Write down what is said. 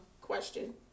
question